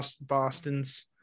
Bostons